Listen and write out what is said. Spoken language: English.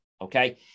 okay